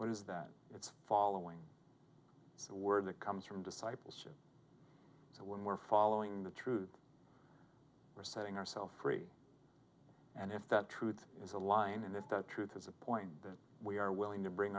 what is that it's following a word that comes from discipleship so when we're following the truth we're setting ourselves free and if that truth is a line and if that truth has a point that we are willing to bring